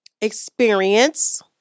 experience